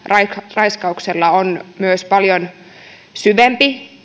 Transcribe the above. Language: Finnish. raiskauksella on myös paljon syvempi